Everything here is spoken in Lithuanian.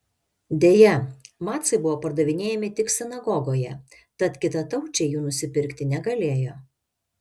deja macai buvo pardavinėjami tik sinagogoje tad kitataučiai jų nusipirkti negalėjo